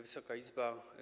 Wysoka Izbo!